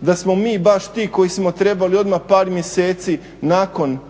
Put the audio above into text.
da smo mi baš ti koji smo trebali odmah par mjeseci nakon